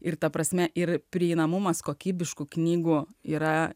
ir ta prasme ir prieinamumas kokybiškų knygų yra